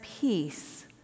peace